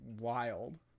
wild